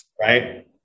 right